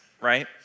right